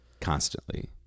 constantly